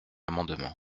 amendement